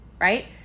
right